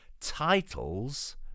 Titles